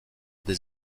des